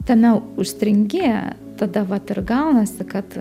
tame užstringi tada vat ir gaunasi kad